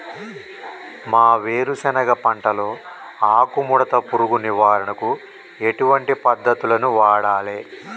మా వేరుశెనగ పంటలో ఆకుముడత పురుగు నివారణకు ఎటువంటి పద్దతులను వాడాలే?